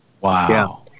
Wow